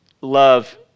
Love